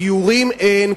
גיורים אין,